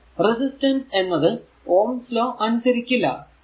ഇവിടെ റെസിസ്റ്റൻസ് എന്നത് Ohm's law അനുസരിക്കില്ല